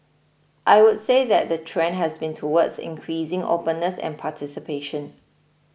I would say that the trend has been towards increasing openness and participation